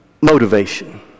motivation